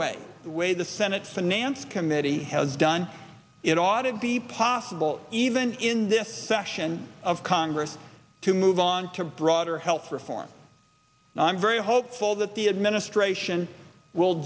the way the senate finance committee has done it ought it be possible even in this session of congress to move on to broader health reform i'm very hopeful that the administration will